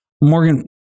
Morgan